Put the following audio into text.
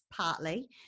partly